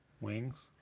Wings